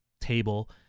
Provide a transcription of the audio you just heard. table